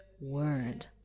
word